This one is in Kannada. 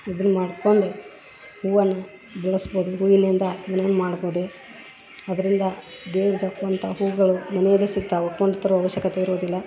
ಇದನ್ನ ಮಾಡ್ಕೊಂಡು ಹೂವನ್ನ ಬೆಳಸ್ಬೋದು ಹೂವಿಲಿಂದ ಏನೋ ಒಂದು ಮಾಡ್ಬೋದು ಅದರಿಂದ ದೇವ್ರ್ಗ ದಕ್ಕುವಂಥ ಹೂಗಳು ಮನೆಯಲ್ಲೆ ಸಿಗ್ತಾವೆ ಕೊಂಡು ತರೊ ಆವಶ್ಯಕತೆ ಇರೋದಿಲ್ಲ